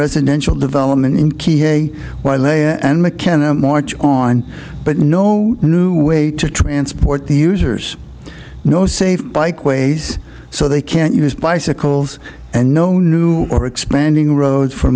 residential development in key hay while they and mckenna march on but no new way to transport the users no safe bike ways so they can't use bicycles and no new or expanding road for